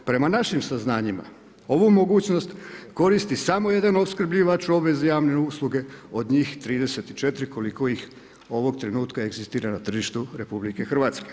Prema našim saznanjima ovu mogućnost koristi samo jedan opskrbljivač u obvezi javne usluge od njih 34 koliko ih ovog trenutka egzistira na tržištu RH.